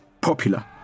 popular